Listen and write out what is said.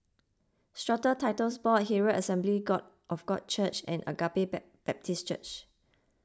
Strata Titles Board Herald Assembly God of God Church and Agape Baptist Church